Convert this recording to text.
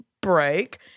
break